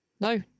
no